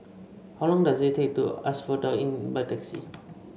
how long does it take to Asphodel Inn by taxi